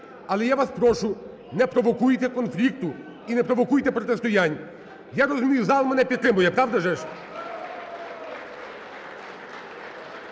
Але я вас прошу, не провокуйте конфлікту і не провокуйте протистоянь. Я розумію, зал мене підтримує, правда ж?